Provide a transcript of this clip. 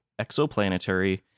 exoplanetary